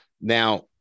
Now